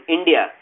India